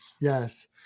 yes